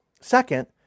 Second